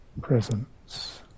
presence